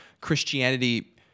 Christianity